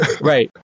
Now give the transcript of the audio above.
right